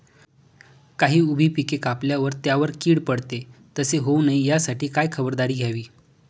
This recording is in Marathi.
काही उभी पिके कापल्यावर त्यावर कीड पडते, तसे होऊ नये यासाठी काय खबरदारी घ्यावी?